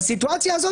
בוש היה הנשיא,